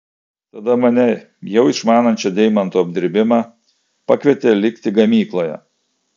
tada mane jau išmanančią deimantų apdirbimą pakvietė likti gamykloje